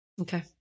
okay